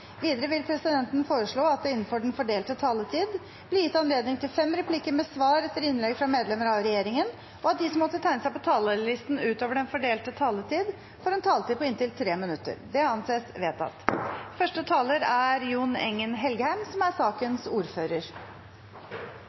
Videre vil presidenten foreslå at det – innenfor den fordelte taletid – blir gitt anledning til fem replikker med svar etter innlegg fra medlemmer av regjeringen, og at de som måtte tegne seg på talerlisten utover den fordelte taletid, får en taletid på inntil 3 minutter. – Det anses vedtatt.